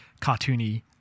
cartoony